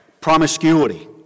promiscuity